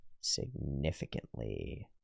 significantly